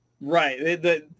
Right